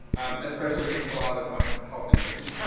especially since a lot of us don't have health insurance.